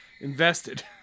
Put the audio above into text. invested